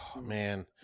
Man